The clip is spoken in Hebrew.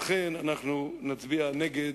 לכן אנחנו נצביע נגד